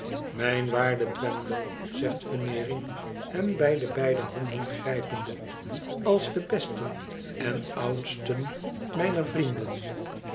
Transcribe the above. mijn waarde twemlow zegt veneering hem bij de beide handen grijpende als den besten en oudsten mijner vrienden